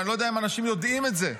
ואני לא יודע אם אנשים יודעים את זה,